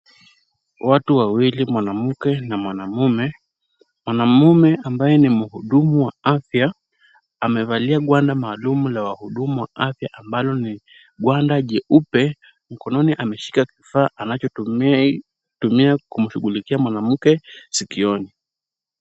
Watu wawili mwanamke na mwanamume. Mwanamume ambaye ni mhudumu wa afya amevalia gwanda maalum la wahudumu wa afya ambalo ni gwanda jeupe. Mkononi ameshika kifaa anachotumia kumshughulikia mwanamke sikioni.